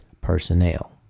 personnel